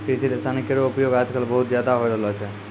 कृषि रसायन केरो उपयोग आजकल बहुत ज़्यादा होय रहलो छै